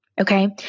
okay